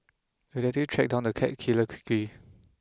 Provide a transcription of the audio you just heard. the detective tracked down the cat killer quickly